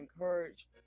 encourage